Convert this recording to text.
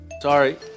Sorry